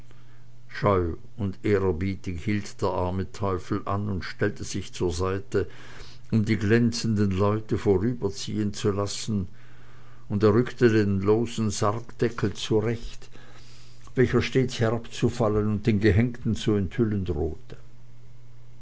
scheu und ehrerbietig hielt der arme teufel an und stellte sich zur seite um die glänzenden leute vorüberziehen zu lassen und er rückte den losen sargdeckel zurecht welcher stets herabzufallen und den gehängten zu enthüllen drohte